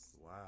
Wow